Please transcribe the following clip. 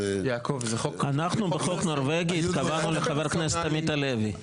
אנחנו בחוק נורווגי התכוונו לחבר הכנסת עמית הלוי.